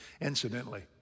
Incidentally